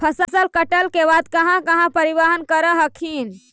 फसल कटल के बाद कहा कहा परिबहन कर हखिन?